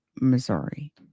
Missouri